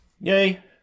yay